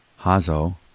Hazo